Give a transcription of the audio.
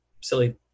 silly